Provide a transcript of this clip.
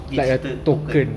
digital token